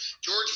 George